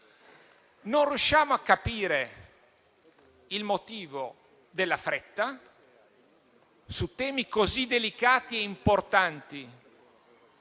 Non riusciamo a capire il motivo della fretta su temi così delicati e importanti